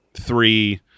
three